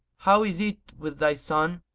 how is it with thy son?